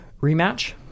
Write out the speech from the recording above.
rematch